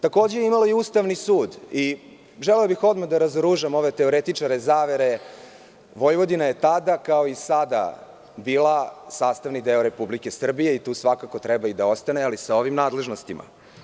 Takođe, je imala i Ustavni sud i želeo bih odmah da razoružam ove teoretičare zavere, Vojvodina je tada kao i sada bila sastavni deo Republike Srbije i tu sastavno treba i da ostane, ali sa ovim nadležnostima.